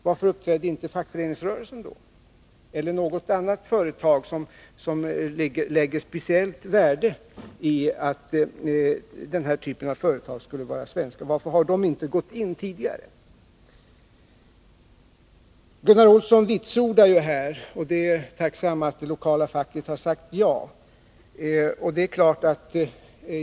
Varför uppträdde då inte fackföreningsrörelsen eller något annat företag som anser det vara av speciellt värde att den här typen av företag skall vara svenskt? Varför har de inte gått in tidigare? Gunnar Olsson vitsordar här att det lokala facket har sagt ja till affären — och det är jag tacksam för.